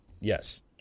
Yes